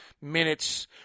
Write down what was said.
minutes